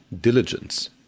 diligence